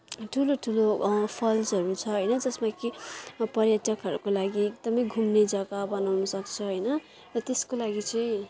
ठुलो ठुलो फल्सहरू छ होइन जसमा कि पर्यटकहरूको लागि एकदमै घुम्ने जग्गा बनाउन सक्छ होइन त्यसको लागि चाहिँ